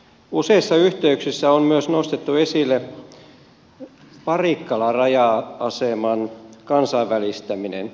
useissa yhteyksissä on myös nostettu esille parikkalan raja aseman kansainvälistäminen